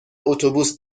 اتوبوس